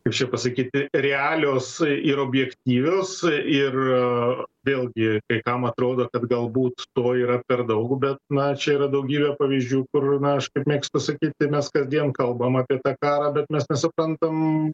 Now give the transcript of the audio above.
kaip čia pasakyti realios ir objektyvios ir vėlgi kai kam atrodo kad galbūt to yra per daug bet na čia yra daugybė pavyzdžių kur meška mėgsta sakyti mes kasdien kalbame apie tą karą bet mes nesuprantame